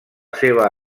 seva